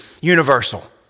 universal